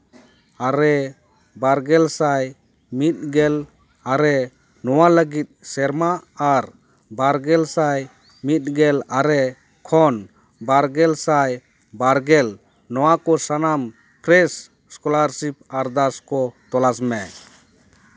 ᱟᱨᱮ ᱵᱟᱨᱜᱮᱞ ᱥᱟᱭ ᱢᱤᱫᱜᱮᱞ ᱟᱨᱮ ᱱᱚᱣᱟ ᱞᱟᱹᱜᱤᱫ ᱥᱮᱨᱢᱟ ᱟᱨ ᱵᱟᱨᱜᱮᱞ ᱥᱟᱭ ᱢᱤᱫᱜᱮᱞ ᱟᱨᱮ ᱠᱷᱚᱱ ᱵᱟᱨᱜᱮᱞ ᱥᱟᱭ ᱵᱟᱨᱜᱮᱞ ᱱᱚᱣᱟ ᱠᱚ ᱥᱟᱱᱟᱢ ᱯᱷᱨᱮᱹᱥ ᱥᱠᱚᱞᱟᱨᱥᱤᱯ ᱟᱨᱫᱟᱥ ᱠᱚ ᱛᱚᱞᱟᱥ ᱢᱮ